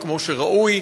וכמו שראוי,